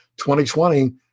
2020